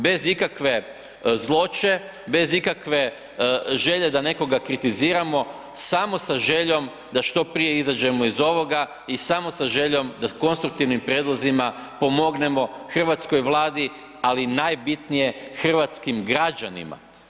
Bez ikakve zloće, bez ikakve želje da nekoga kritiziramo, samo sa željom da što prije izađemo iz ovoga i samo sa željom da konstruktivnim prijedlozima pomognemo hrvatskoj Vladi ali najbitnije hrvatskim građanima.